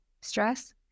stress